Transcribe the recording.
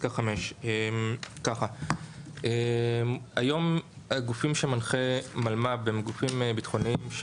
פסקה 5. היום הגופים שמנחה מלמ"ב הם גופים ביטחוניים,